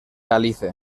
alice